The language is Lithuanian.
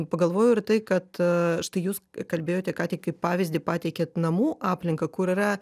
pagalvojau ir tai kad štai jūs kalbėjote ką tik kaip pavyzdį pateikėt namų aplinką kur yra